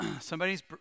somebody's